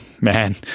man